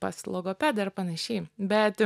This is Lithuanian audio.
pas logopedą ir panašiai bet